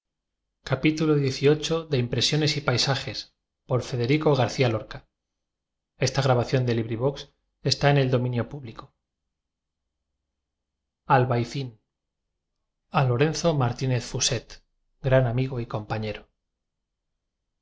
ai lorenzo m artínez fuset gran amigo y compañero